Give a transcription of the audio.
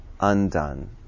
undone